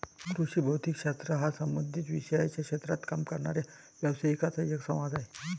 कृषी भौतिक शास्त्र हा संबंधित विषयांच्या क्षेत्रात काम करणाऱ्या व्यावसायिकांचा एक समाज आहे